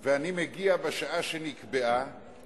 ואני מגיע בשעה שנקבעה